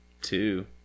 two